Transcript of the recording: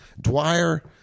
Dwyer –